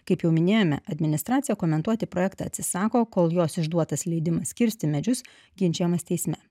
kaip jau minėjome administracija komentuoti projektą atsisako kol jos išduotas leidimas kirsti medžius ginčijamas teisme